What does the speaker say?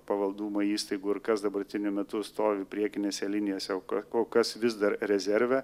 pavaldumo įstaigų ir kas dabartiniu metu stovi priekinėse linijose o kol kas vis dar rezerve